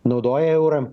naudoja eurą